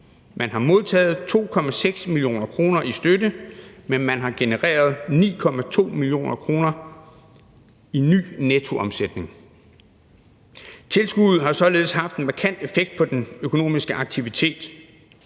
man har modtaget 2,6 mio. kr. i støtte, men man har genereret 9,2 mio. kr. i ny nettoomsætning. Tilskuddet har således haft en markant effekt på den økonomiske aktivitet,